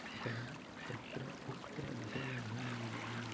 अथवा तत्र उक्तः विषयः मम जीवने